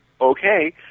Okay